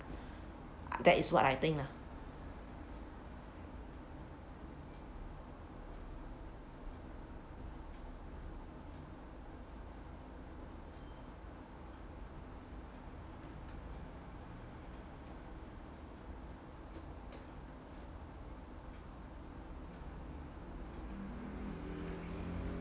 that is what I think lah